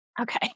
Okay